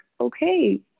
okay